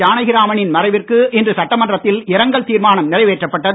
ஜானகிராம னின் மறைவிற்கு இன்று சட்டமன்றத்தில் இரங்கல் தீர்மானம் நிறைவேற்றப் பட்டது